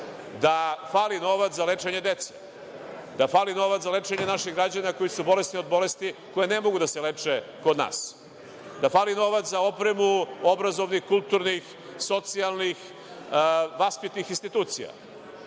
da fali novac za lečenje dece, da fali novac za lečenje naših građana koji su bolesni od bolesti koje ne mogu da se leče kod nas, da fali novac za opremu obrazovnih, kulturnih, socijalnih, vaspitnih institucija,